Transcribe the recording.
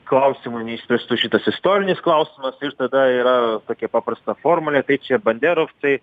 klausimų neišspręstų šitas istorinis klausimas ir tada yra tokia paprasta formulė tai čia banderovcai